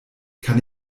kann